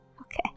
Okay